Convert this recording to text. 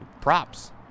props